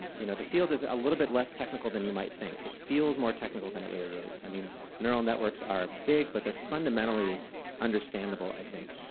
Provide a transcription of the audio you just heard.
you know, the field is a little bit less technical than you might think. it feels more technical than it really is. i mean neural networks are big, but they're fundamentally understandable, i think.